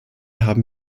haben